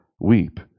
weep